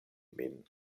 min